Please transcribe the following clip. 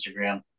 Instagram